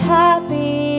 happy